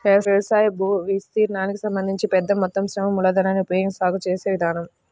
వ్యవసాయ భూవిస్తీర్ణానికి సంబంధించి పెద్ద మొత్తం శ్రమ మూలధనాన్ని ఉపయోగించి సాగు చేసే విధానం